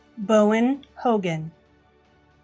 bowen hogan